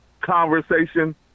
conversation